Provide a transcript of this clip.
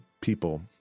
people